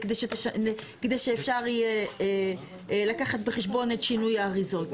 כדי שאפשר יהיה לקחת בחשבון את שינוי האריזות.